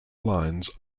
lines